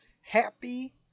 Happy